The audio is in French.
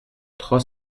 trois